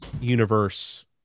universe